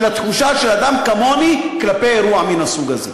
התחושה של אדם כמוני כלפי אירוע מן הסוג הזה.